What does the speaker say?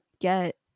get